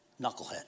knucklehead